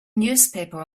newspaper